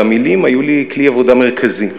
והמילים היו לי כלי עבודה מרכזי,